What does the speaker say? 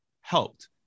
helped